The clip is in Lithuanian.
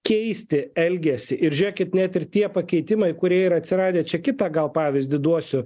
keisti elgesį ir žiūrėkit net ir tie pakeitimai kurie yra atsiradę čia kitą gal pavyzdį duosiu